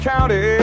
County